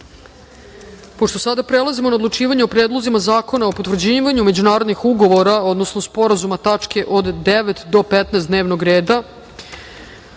sada prelazimo na odlučivanje o predlozima zakona o potvrđivanju međunarodnih ugovora, odnosno sporazuma (tačke od 25. do 29. dnevnog reda),